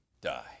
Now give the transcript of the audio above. die